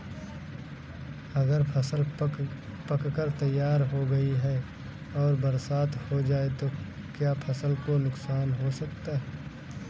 अगर फसल पक कर तैयार हो गई है और बरसात हो जाए तो क्या फसल को नुकसान हो सकता है?